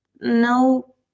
no